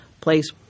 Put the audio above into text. place